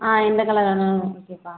ஆ எந்த கலர் வேணாலும் ஓகேப்பா